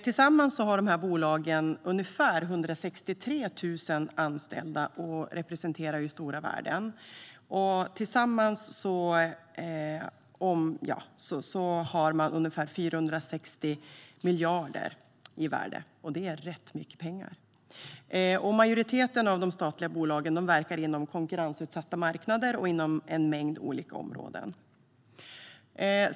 Tillsammans har de bolagen ungefär 163 000 anställda, och de representerar stora värden. Tillsammans har de ungefär 460 miljarder kronor i värde - det är rätt mycket pengar. Majoriteten av de statliga bolagen verkar inom konkurrensutsatta marknader inom en mängd olika områden.